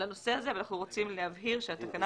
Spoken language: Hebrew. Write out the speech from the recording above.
לנושא הזה ואנחנו רוצים להבהיר שהתקנה